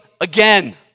again